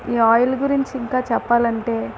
ఈ ఆయిల్ గురించి ఇంకా చెప్పాలంటే